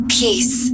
peace